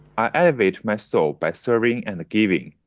i elevate my soul by serving and giving.